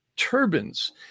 turbines